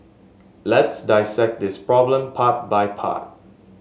let's dissect this problem part by part